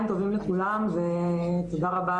הם מוקיעים טיפול כפוי מכל סוג ומציפים נתונים מאוד חמורים על